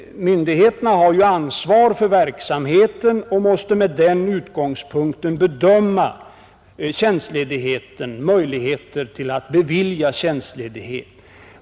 Myndigheterna har ju ansvar för verksamheten och måste från den utgångspunkten bedöma möjligheterna att bevilja tjänstledigheten.